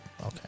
okay